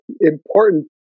important